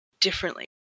differently